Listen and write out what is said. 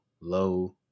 low